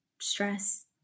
stress